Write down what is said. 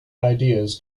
ideas